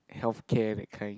healthcare that kind